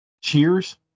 Cheers